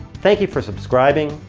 thank you for subscribing.